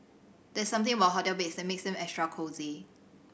there's something about hotel beds that makes them extra cosy